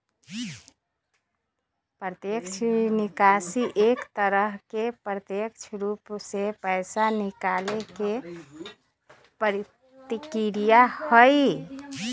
प्रत्यक्ष निकासी एक तरह से प्रत्यक्ष रूप से पैसा निकाले के प्रक्रिया हई